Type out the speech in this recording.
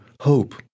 hope